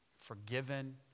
forgiven